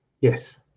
yes